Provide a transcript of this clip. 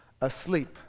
asleep